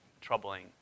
troubling